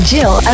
Jill